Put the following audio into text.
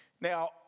Now